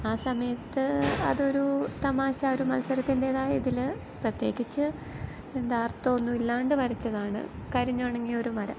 ആ സമയത്ത് അതൊരു തമാശ ഒരു മത്സരത്തിന്റേതായ ഇതിൽ പ്രത്യേകിച്ച് എന്താ അർഥമൊന്നും ഇല്ലാണ്ട് വരച്ചതാണ് കരിഞ്ഞുണങ്ങിയൊരു മരം